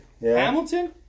Hamilton